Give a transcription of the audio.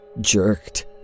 jerked